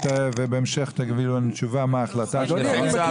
ובהמשך תגידו לנו מה ההחלטה שלכם.